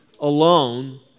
alone